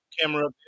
camera